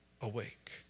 awake